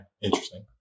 Interesting